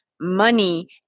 money